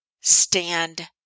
stand